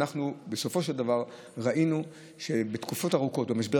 בסופו של דבר ראינו שבתקופות ארוכות במשבר